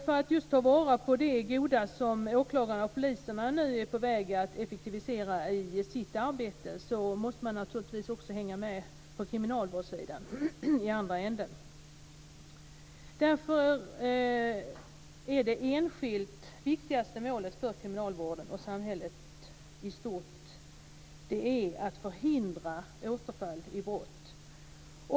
För att just ta vara på det goda, att åklagarna och poliserna nu är på väg att effektivisera sitt arbete, måste man naturligtvis också hänga med i andra änden, på kriminalvårdsidan. Det enskilt viktigaste målet för kriminalvården och samhället i stort är att förhindra återfall i brott.